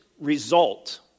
result